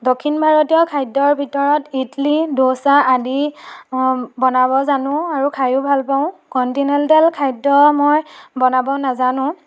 দক্ষিণ ভাৰতীয় খাদ্যৰ ভিতৰত ইডলি দ'চা আদি বনাব জানো আৰু খায়ো ভাল পাওঁ কণ্টিনেণ্টেল খাদ্য মই বনাব নাজানোঁ